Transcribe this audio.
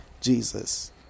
Jesus